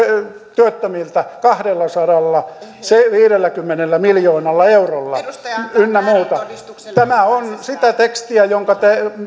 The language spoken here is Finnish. työttömiltä kahdellasadallaviidelläkymmenellä miljoonalla eurolla ynnä muuta tämä on sitä tekstiä jonka